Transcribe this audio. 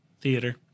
theater